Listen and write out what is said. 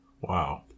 Wow